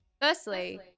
Firstly